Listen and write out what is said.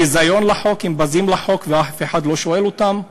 ביזיון לחוק, הם בזים לחוק ואף אחד לא שואל אותם.